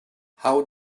how